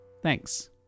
thanks